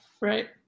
Right